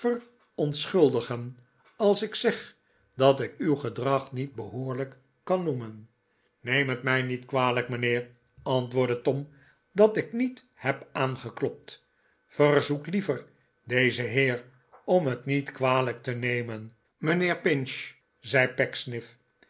verontschuldigen als ik zeg dat ik uw gedrag niet behoorlijk kan noemen neem het mij niet kwalijk mijnheer antwoordde tom dat ik niet heb aangeklopt verzoek liever dezen heef om het niet kwalijk te nemen mijnheer pinch zei